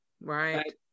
right